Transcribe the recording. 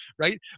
right